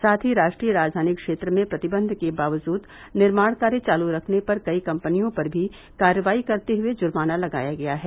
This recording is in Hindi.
साथ ही राष्ट्रीय राजधानी क्षेत्र में प्रतिबंध के बावजूद निर्माण कार्य चालू रखने पर कई कंपनियों पर भी कार्रवाई करते हुए जुर्माना लगाया गया है